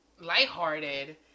lighthearted